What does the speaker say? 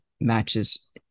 matches